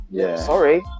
sorry